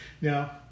Now